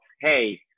hey